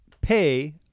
pay